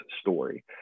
story